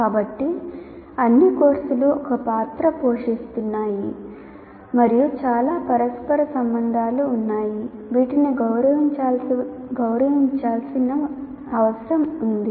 కాబట్టి అన్ని కోర్సులు ఒక పాత్ర పోషిస్తున్నాయి మరియు చాలా పరస్పర సంబంధాలు ఉన్నాయి వీటిని గౌరవించాల్సి ఉంటుంది